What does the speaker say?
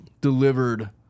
delivered